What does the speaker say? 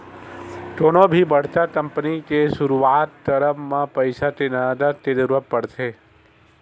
कोनो भी बड़का कंपनी के सुरुवात करब म पइसा के नँगत के जरुरत पड़थे